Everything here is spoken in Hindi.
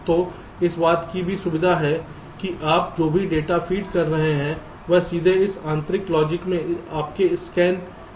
तो इस बात की भी सुविधा है कि आप जो भी डेटा फीड कर रहे हैं वह सीधे इस आंतरिक लॉजिक में आपके स्कैन में जा सकता है